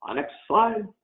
ah next slide.